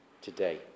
today